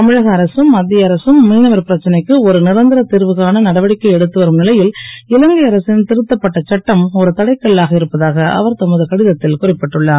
தமிழக அரசும் மத் ய அரசும் மீனவர் பிரச்சனைக்கு ஒரு ரந்தர திர்வுகாண நடவடிக்கை எடுத்து வரும் லை ல் இலங்கை அரசின் ருத்தப்பட்ட சட்டம் ஒரு தடை கல்லாக இருப்பதாக அவர் தமது கடிதத் ல் குறிப்பிட்டுள்ளார்